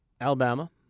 Alabama